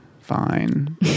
Fine